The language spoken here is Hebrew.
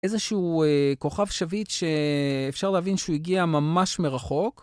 איזשהו כוכב שביט שאפשר להבין שהוא הגיע ממש מרחוק.